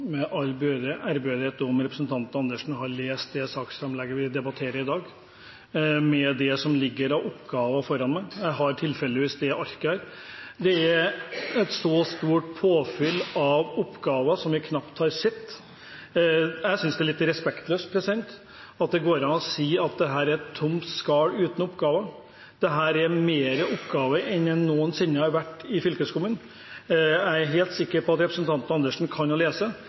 i all ærbødighet – om representanten Andersen har lest det saksframlegget vi debatterer i dag, med det som ligger foran oss av oppgaver. Jeg har tilfeldigvis det arket her. Det er et så stort påfyll av oppgaver som vi knapt har sett. Jeg synes det er litt respektløst at det går an å si at det er et tomt skall uten oppgaver. Det er flere oppgaver enn det noensinne har vært i fylkeskommunen. Jeg er helt sikker på at representanten Andersen kan lese,